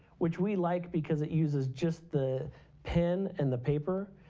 which we like because it uses just the pen and the paper.